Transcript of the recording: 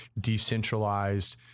decentralized